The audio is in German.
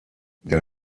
der